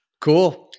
Cool